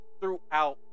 throughout